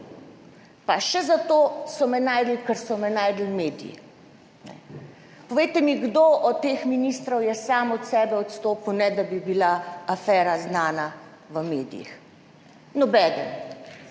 Pa še zato so me najdli, ker so me najdli mediji. Povejte mi, kdo od teh ministrov je sam od sebe odstopil, ne da bi bila afera znana v medijih? Nobeden.